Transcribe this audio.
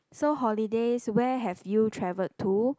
so holidays where have you traveled to